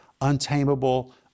untamable